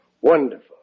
Wonderful